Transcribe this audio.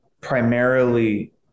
primarily